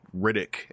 riddick